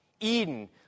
...Eden